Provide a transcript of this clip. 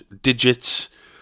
digits